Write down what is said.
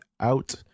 out